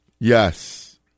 Yes